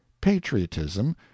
patriotism